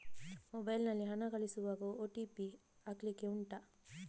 mobile ನಲ್ಲಿ ಹಣ ಕಳಿಸುವಾಗ ಓ.ಟಿ.ಪಿ ಹಾಕ್ಲಿಕ್ಕೆ ಉಂಟಾ